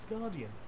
guardian